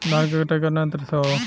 धान क कटाई कउना यंत्र से हो?